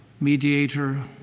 mediator